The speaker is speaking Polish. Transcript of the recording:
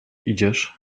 idziesz